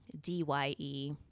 D-Y-E